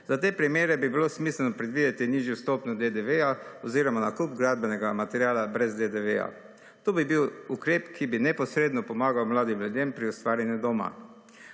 Za te primere bi bilo smiselno predvideti nižjo stopnjo DDV-ja oziroma nakup gradbenega materiala brez DDV-ja. To bi bil ukrep, ki bi neposredno pomagal mladim ljudem pri ustvarjanju doma.